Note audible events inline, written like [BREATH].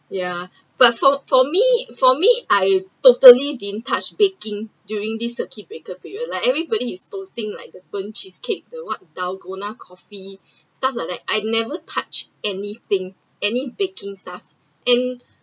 ya [BREATH] but for for me for me I totally didn’t touch baking during this circuit breaker period like everybody is posting like the burnt cheesecake the what daguna coffee [BREATH] stuff like that I never touch anything any baking stuff and